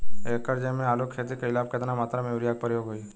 एक एकड़ जमीन में आलू क खेती कइला पर कितना मात्रा में यूरिया क प्रयोग होई?